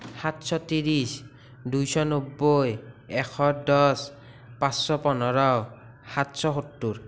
সাতশ ত্ৰিছ দুইশ নব্বৈ এশ দছ পাঁচশ পোন্ধৰ সাতশ সত্তৰ